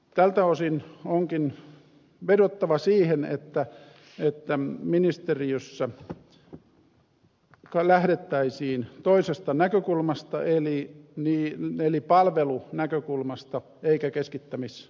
tältä osin onkin vedottava siihen että ministeriössä lähdettäisiin toisesta näkökulmasta eli palvelunäkökulmasta eikä keskittämisnäkökulmasta